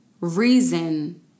reason